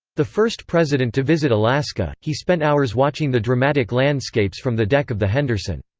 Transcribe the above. the first president to visit alaska, he spent hours watching the dramatic landscapes from the deck of the henderson.